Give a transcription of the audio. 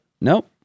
nope